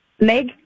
Meg